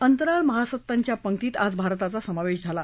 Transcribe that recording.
अंतराळ महासत्तांच्या पंक्तीत आज भारताचा समावेश झाला